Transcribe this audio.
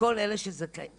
לכל אלה שזכאים,